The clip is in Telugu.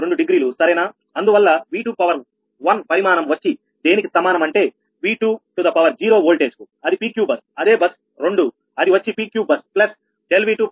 2 డిగ్రీ సరేనా అందువల్ల 𝑉2 పరిమాణం వచ్చి దేనికి సమానం అంటే 𝑉2 వోల్టేజ్ కుఅది PQ బస్ అదే బస్ 2 అది వచ్చి PQ బస్ ప్లస్ ∆𝑉2